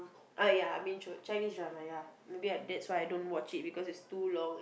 ah ya I mean true Chinese drama ya maybe I that's why I don't watch it maybe it's too long